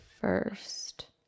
first